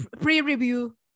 pre-review